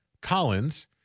Collins